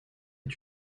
est